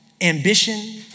Ambition